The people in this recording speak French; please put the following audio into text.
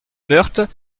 meurthe